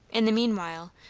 in the meanwhile,